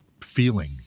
feeling